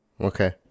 Okay